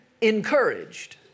encouraged